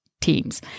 teams